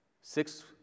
Six